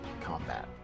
combat